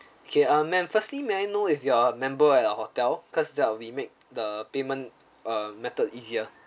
okay uh ma'am firstly may I know if you are a member at our hotel because there are we'll make the payment uh method easier